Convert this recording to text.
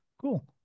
cool